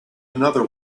another